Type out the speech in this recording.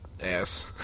ass